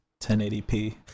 1080p